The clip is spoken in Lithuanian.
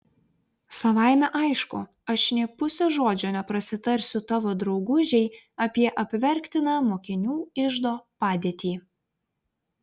savaime aišku aš nė puse žodžio neprasitarsiu tavo draugužei apie apverktiną mokinių iždo padėtį